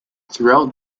throughout